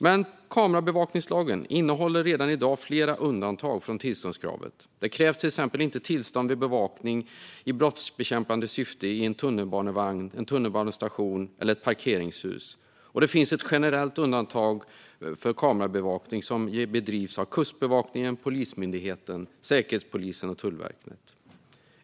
Men kamerabevakningslagen innehåller redan i dag flera undantag från tillståndskravet. Det krävs till exempel inte tillstånd för bevakning i brottsbekämpande syfte i en tunnelbanevagn, på en tunnelbanestation eller i ett parkeringshus. Och det finns ett generellt undantag för kamerabevakning som bedrivs av Kustbevakningen, Polismyndigheten, Säkerhetspolisen och Tullverket.